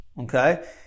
okay